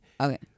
Okay